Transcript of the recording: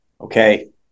Okay